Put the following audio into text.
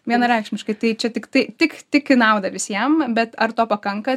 vienareikšmiškai tai čia tiktai tik tik į naudą visiem bet ar to pakanka